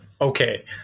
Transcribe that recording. Okay